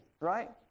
right